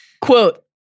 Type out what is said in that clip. Quote